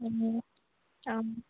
অঁ অঁ